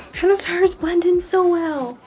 how does her's blend in so well!